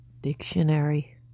dictionary